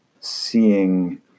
seeing